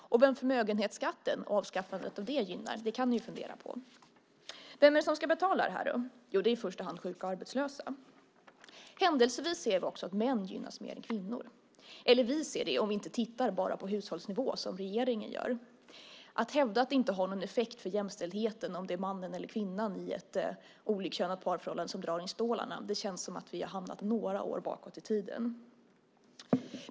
Och vem avskaffandet av förmögenhetsskatten gynnar kan ni ju fundera på. Vem är det som ska betala det här, då? Jo, det är i första hand sjuka och arbetslösa. Händelsevis ser vi också att män gynnas mer än kvinnor - vi ser det i alla fall om vi inte tittar bara på hushållsnivå, som regeringen gör. Det känns som om vi har hamnat några år bakåt i tiden när man hävdar att det inte har någon effekt för jämställdheten om det är mannen eller kvinnan i ett olikkönat parförhållande som drar in stålarna.